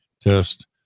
test